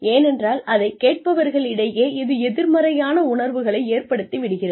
ஏனென்றால் அதை கேட்பவர்களிடையே இது எதிர்மறையான உணர்வுகளை ஏற்படுத்தி விடுகிறது